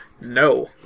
No